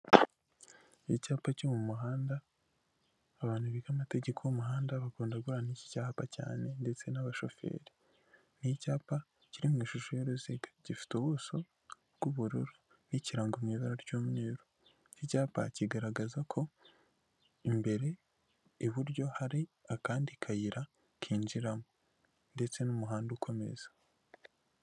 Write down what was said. Icyapa cyo mu muhanda abantu biga amategeko y'umuhanda bakunda guhura n'iki cyapa cyane ndetse n'abashoferi. Ni icyapa kiri mu ishusho y'uruziga, gifite ubuso bw'ubururu n'ikirango mu ibara ry'umweru. Icyapa kigaragaza ko imbere iburyo hari akandi kayira kinjiramo ndetse n'umuhanda ukomeza.